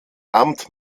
amt